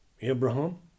Abraham